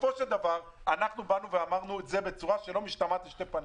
בסופו של דבר אנחנו אמרנו את זה בצורה שאינה משתמעת לשתי פנים.